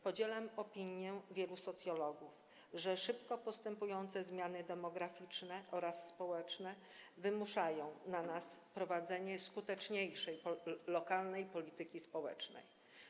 Podzielam opinię wielu socjologów, że szybko postępujące zmiany demograficzne oraz społeczne wymuszają na nas prowadzenie skuteczniejszej lokalnej polityki społecznej.